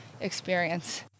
experience